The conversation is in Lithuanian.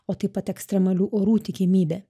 o taip pat ekstremalių orų tikimybė